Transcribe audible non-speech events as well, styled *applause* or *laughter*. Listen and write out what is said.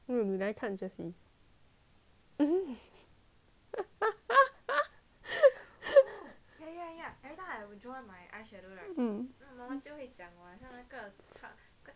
*laughs*